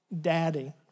Daddy